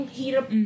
hirap